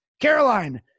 Caroline